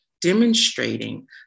demonstrating